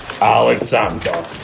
Alexander